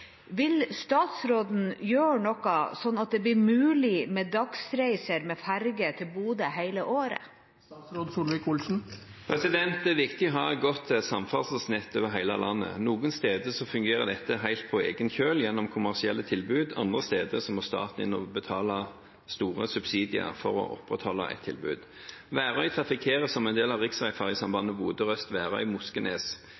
Vil statsråden gjøre noe slik at det blir mulig med dagsreiser med ferje til Bodø hele året?» Det er viktig å ha et godt samferdselsnett over hele landet. Noen steder fungerer dette helt på egen kjøl gjennom kommersielle tilbud. Andre steder må staten inn og betale store subsidier for å opprettholde et tilbud. Værøy trafikkeres som en del av